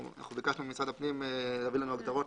אנחנו ביקשנו ממשרד הפנים להביא לנו הגדרות